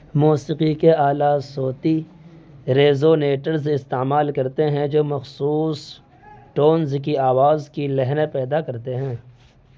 موسیقی کے آلات صوتی ریزونیٹرز استعمال کرتے ہیں جو مخصوص ٹونز کی آواز کی لہریں پیدا کرتے ہیں